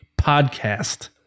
podcast